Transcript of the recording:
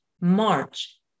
March